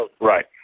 right